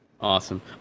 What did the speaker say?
Awesome